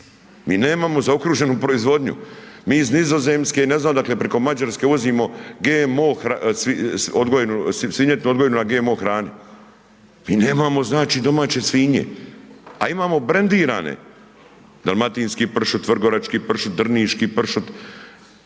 mi nemamo zaokruženi proizvodnju. Mi iz Nizozemske, ne znamo odakle, preko Mađarske uvozimo GMO svinjetinu odgojenu na GMO hrani. Mi nemamo znači domaće svinje a imamo brendirani dalmatinski pršut, vrgorački pršut, drniški pršut,